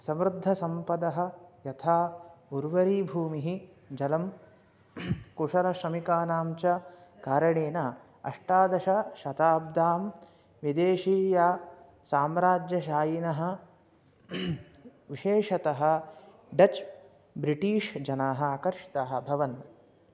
समृद्धसम्पदः यथा उर्वरी भूमिः जलं कुशलश्रमिकाणां च कारणेन अष्टादशशताब्द्यां विदेशीयाः साम्राज्यशायिनः विशेषतः डच् ब्रिटीश् जनाः आकर्षिताः अभवन्